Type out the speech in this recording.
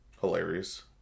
Hilarious